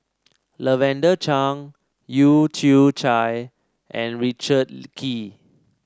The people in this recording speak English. Lavender Chang Leu Yew Chye and Richard Kee